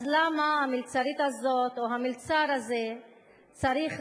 אז למה המלצרית הזאת או המלצר הזה צריכים